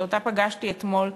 שאותה פגשתי אתמול,